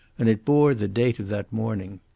and it bore the date of that morning.